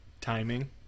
timing